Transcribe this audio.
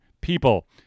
people